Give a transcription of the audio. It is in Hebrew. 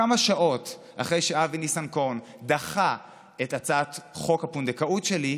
כמה שעות אחרי שאבי ניסנקורן דחה את הצעת חוק הפונדקאות שלי,